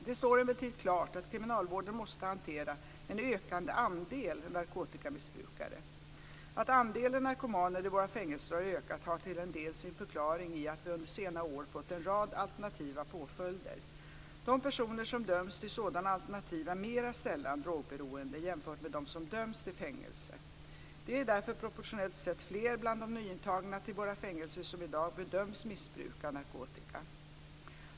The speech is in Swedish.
Det står emellertid klart att kriminalvården måste hantera en ökande andel narkotikamissbrukare. Att andelen narkomaner i våra fängelser har ökat har till en del sin förklaring i att vi under senare år fått en rad alternativa påföljder. De personer som döms till sådana alternativ är mera sällan drogberoende jämfört med dem som döms till fängelse. Det är därför proportionellt sett fler bland de nyintagna till våra fängelser som i dag bedöms missbruka narkotika.